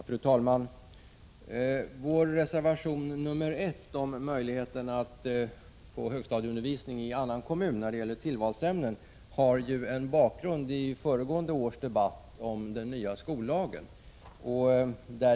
Fru talman! Vår reservation nr 1 om möjligheterna att få högstadieundervisning i annan kommun när det gäller tillvalsämnen har en bakgrund i föregående års debatt om den nya skollagen.